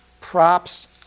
Props